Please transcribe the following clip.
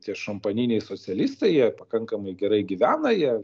tie šampaniniai socialistai jie pakankamai gerai gyvena jie